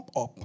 up